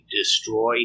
destroy